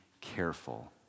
careful